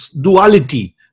duality